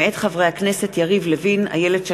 התשע"ג 2013, מאת חברי הכנסת איילת שקד,